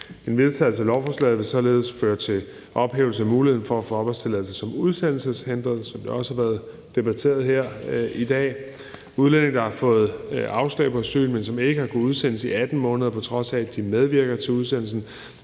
En vedtagelse af lovforslaget vil således føre til en ophævelse af muligheden for at få opholdstilladelse som udsendelseshindret, sådan som det også har været debatteret her i dag. Udlændinge, der har fået afslag på asyl, men som ikke har kunnet udsendes i 18 måneder, på trods af at de medvirker til udsendelsen,